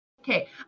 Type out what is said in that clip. Okay